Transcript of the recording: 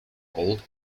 old